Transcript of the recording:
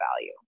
value